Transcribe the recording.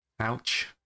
Ouch